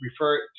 refer